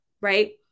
right